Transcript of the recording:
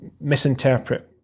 misinterpret